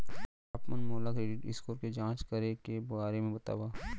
आप मन मोला क्रेडिट स्कोर के जाँच करे के बारे म बतावव?